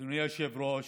אדוני היושב-ראש,